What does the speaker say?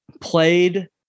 played